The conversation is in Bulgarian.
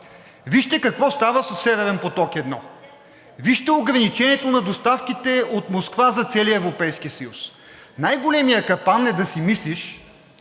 Вижте какво става със Северен поток 1. Вижте ограничението на доставките от Москва за целия Европейски съюз. Най-големият капан е да си мислиш,